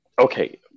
Okay